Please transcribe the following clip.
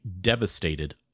devastated